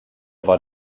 war